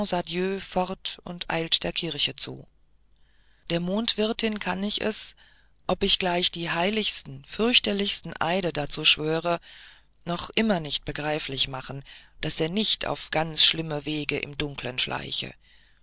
fort und eilt der kirche zu der mondwirtin kann ich es ob ich gleich die heiligsten fürchterlichsten eide dazu schwöre noch immer nicht begreiflich machen daß er nicht auf ganz schlimmen wegen im dunkeln schleiche